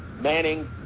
Manning